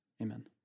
Amen